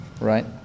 right